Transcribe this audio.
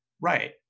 Right